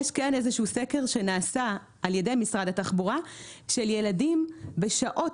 יש כן סקר שנעשה על ידי משרד התחבורה של ילדים בשעות